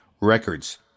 Records